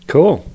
Cool